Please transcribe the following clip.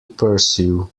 pursue